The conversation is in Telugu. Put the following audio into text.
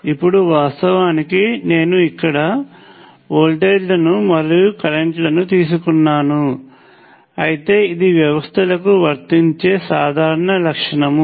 ఇప్పుడు వాస్తవానికి నేను ఇక్కడ వోల్టేజ్లను మరియు కరెంట్లను తీసుకున్నాను అయితే ఇది వ్యవస్థలకు వర్తించే సాధారణ లక్షణము